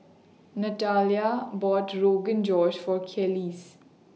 Natalya bought Rogan Josh For Kelis